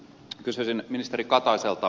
kysyisin ministeri kataiselta